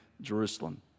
Jerusalem